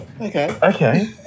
Okay